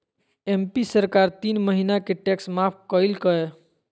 MP सरकार तीन महीना के टैक्स माफ कइल कय